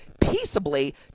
peaceably